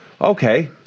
Okay